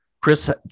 Chris